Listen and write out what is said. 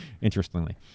interestingly